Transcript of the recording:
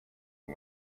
iyi